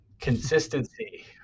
consistency